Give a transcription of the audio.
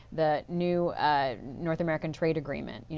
the new north american trade agreement.